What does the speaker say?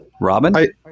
Robin